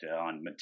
on